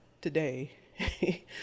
today